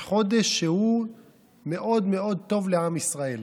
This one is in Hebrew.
זה חודש שהוא מאוד מאוד טוב לעם ישראל.